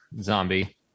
zombie